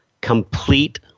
complete